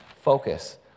focus